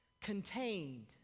contained